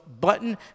button